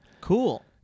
cool